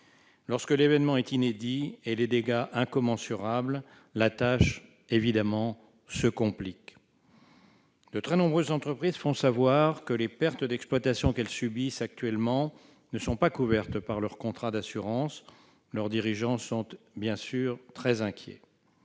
Lorsque l'événement est inédit et les dégâts incommensurables, la tâche évidemment se complique ... De très nombreuses entreprises font savoir que les pertes d'exploitation qu'elles subissent actuellement ne sont pas couvertes par leurs contrats d'assurance. Leurs dirigeants sont bien sûr très inquiets.